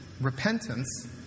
repentance